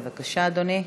בבקשה, אדוני.